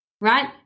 right